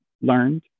learned